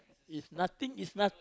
is nothing is nothing